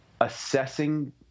assessing